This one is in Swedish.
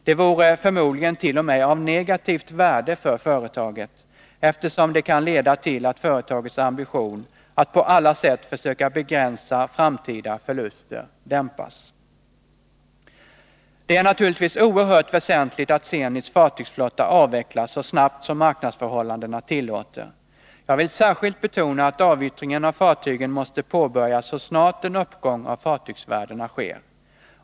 Det vore förmodligen t.o.m. av negativt värde för företaget, eftersom det kan leda till att företagets ambition att på alla sätt försöka begränsa framtida förluster dämpas. Det är naturligtvis oerhört väsentligt att Zenits fartygsflotta avvecklas så snabbt som marknadsförhållandena tillåter. Jag vill särskilt betona att avyttringen av fartygen måste påbörjas så snart en uppgång av fartygsvärdena sker.